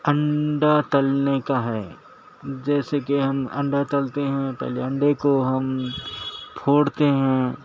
انڈا تلنے کا ہے جیسے کہ ہم انڈا تلتے ہیں پہلے انڈے کو ہم پھوڑتے ہیں